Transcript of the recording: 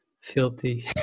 filthy